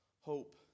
hope